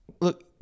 look –